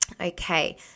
Okay